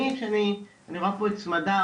אני רואה פה את סמדר,